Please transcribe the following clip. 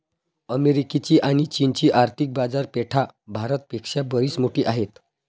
अमेरिकेची आणी चीनची आर्थिक बाजारपेठा भारत पेक्षा बरीच मोठी आहेत